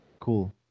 Cool